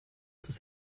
des